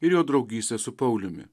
ir jo draugystę su pauliumi